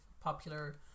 popular